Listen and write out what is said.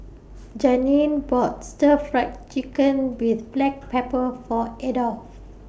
Janeen bought Stir Fry Chicken with Black Pepper For Adolf